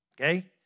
okay